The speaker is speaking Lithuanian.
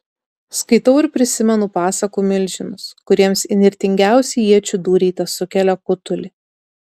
skaitau ir prisimenu pasakų milžinus kuriems įnirtingiausi iečių dūriai tesukelia kutulį